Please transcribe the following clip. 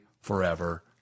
forever